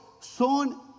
son